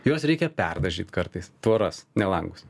juos reikia perdažyt kartais tvoras ne langus